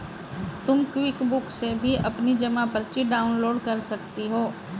तुम क्विकबुक से भी अपनी जमा पर्ची डाउनलोड कर सकती हो